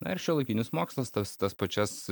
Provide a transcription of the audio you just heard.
na ir šiuolaikinis mokslas tas tas pačias